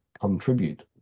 contribute